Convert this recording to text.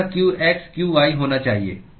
यह qx qy होना चाहिए